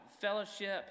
fellowship